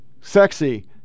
sexy